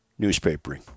newspapering